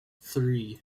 three